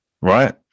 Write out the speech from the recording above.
right